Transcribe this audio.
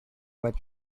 about